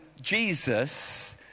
Jesus